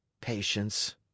Patience